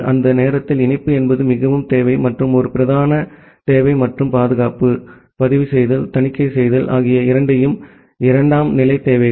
அந்த நேரத்தில் இணைப்பு என்பது மிகவும் தேவை மற்றும் ஒரு பிரதான தேவை மற்றும் பாதுகாப்பு பதிவு செய்தல் தணிக்கை செய்தல் ஆகிய இரண்டையும் இரண்டாம் நிலை தேவைகள்